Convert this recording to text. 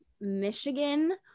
Michigan